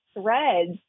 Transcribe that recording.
Threads